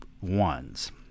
ones